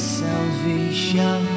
salvation